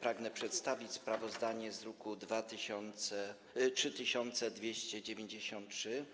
Pragnę przedstawić sprawozdanie, druk nr 3293,